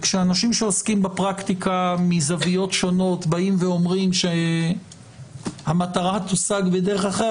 כשאנשים שעוסקים בפרקטיקה מזוויות שונות אומרים שהמטרה תושג בדרך אחרת,